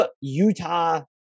Utah